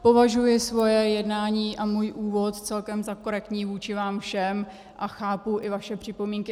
Považuji svoje jednání a svůj úvod celkem za korektní vůči vám všem a chápu i vaše připomínky.